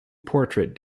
portrait